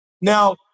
now